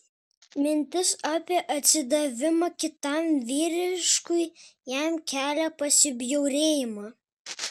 mintis apie atsidavimą kitam vyriškiui jai kelia pasibjaurėjimą